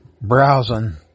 browsing